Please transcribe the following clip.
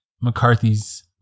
McCarthy's